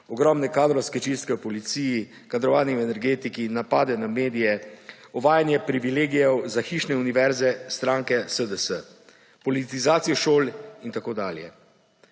ogromne kadrovske čistke v policiji, kadrovanje v energetiki, napade na medije, uvajanje privilegijev za hišne univerze stranke SDS, politizacijo šol in tako dalje.